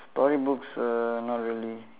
story books err not really